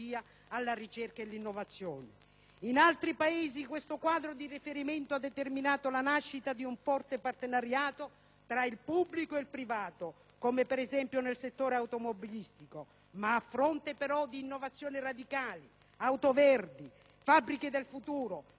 In altri Paesi tale quadro di riferimento ha determinato la nascita di un forte partenariato tra il pubblico ed il privato, come ad esempio nel settore automobilistico, a fronte però di innovazioni radicali, auto verdi, fabbriche del futuro, trasporto pubblico pulito.